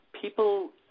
People